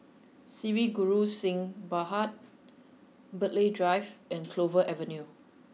Sri Guru Singh Sabha Burghley Drive and Clover Avenue